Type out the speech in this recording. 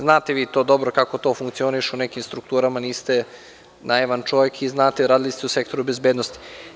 Znate vi dobro kako to funkcioniše, u nekim strukturama niste naivan čovek i znate, radili ste u sektoru bezbednosti.